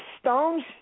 Stones